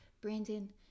Brandon